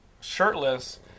shirtless